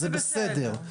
זה בסדר.